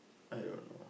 I don't know